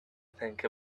think